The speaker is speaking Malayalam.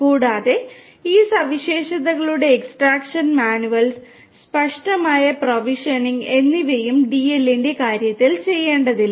കൂടാതെ ഈ സവിശേഷതകളുടെ എക്സ്ട്രാക്ഷൻ എന്നിവയും ഡിഎല്ലിന്റെ കാര്യത്തിൽ ചെയ്യേണ്ടതില്ല